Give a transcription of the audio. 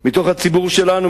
מתוך הציבור שלנו,